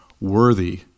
worthy